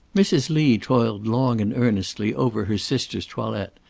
mrs. lee toiled long and earnestly over her sister's toilet,